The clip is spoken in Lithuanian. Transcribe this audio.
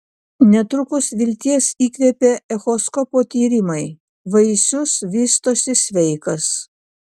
netrukus vilties įkvėpė echoskopo tyrimai vaisius vystosi sveikas